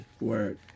Word